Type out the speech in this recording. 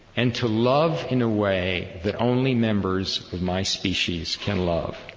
and to love in a way that only members of my species can love.